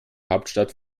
hauptstadt